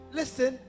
listen